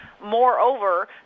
Moreover